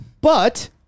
But-